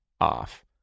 off